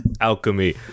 Alchemy